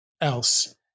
else